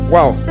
Wow